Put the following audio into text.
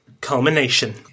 Culmination